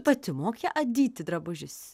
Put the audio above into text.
pati moki adyti drabužis